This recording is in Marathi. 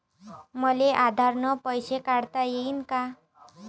मले आधार न पैसे काढता येईन का?